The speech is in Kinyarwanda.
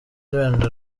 wenda